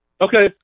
Okay